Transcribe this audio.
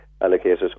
allocated